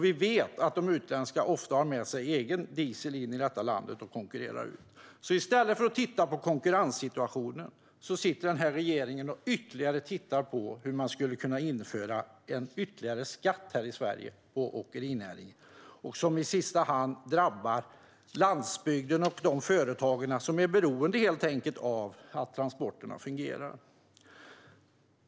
Vi vet att de utländska åkerierna ofta har med sig egen diesel in i vårt land och konkurrerar ut de svenska. I stället för att titta på konkurrenssituationen sitter regeringen och tittar på hur man kan införa ytterligare skatt på åkerinäringen här i Sverige. I sista hand drabbar detta landsbygden och de företag som är beroende av att transporterna fungerar.